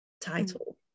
title